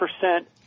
percent